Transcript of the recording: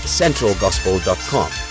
centralgospel.com